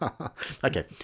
okay